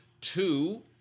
two